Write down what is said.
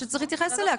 שצריך להתייחס אליה,